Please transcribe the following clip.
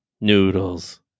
Noodles